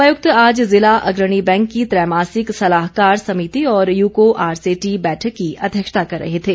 उपायुक्त आज जिला अग्रणी बैंक की त्रैमासिक सलाहकार समिति और यूको आरसेटी बैठक की अध्यक्षता करे रहे थे